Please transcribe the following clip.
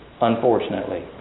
unfortunately